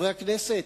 חברי הכנסת,